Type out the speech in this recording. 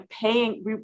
paying